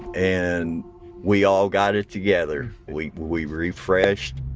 and we all got it together. we we refreshed,